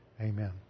Amen